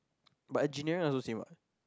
but engineering also same what